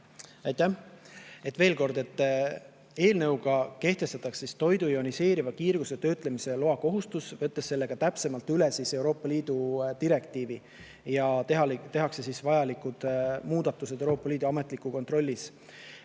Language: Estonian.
Aitäh! Veel kord: eelnõuga kehtestatakse toidu ioniseeriva kiirguse töötlemise loakohustus, võttes täpsemalt üle Euroopa Liidu direktiiv, ja tehakse vajalikud muudatused Euroopa Liidu ametlikus kontrollis.